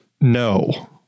No